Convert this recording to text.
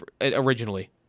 originally